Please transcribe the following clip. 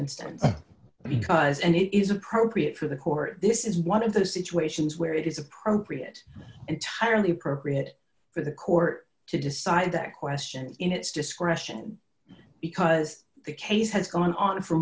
instance because and it is appropriate for the court this is one of the situations where it is appropriate entirely appropriate for the court to decide that question in its discretion because the case has gone on for